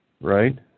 right